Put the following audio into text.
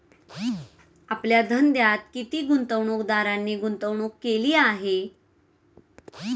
आपल्या धंद्यात किती गुंतवणूकदारांनी गुंतवणूक केली आहे?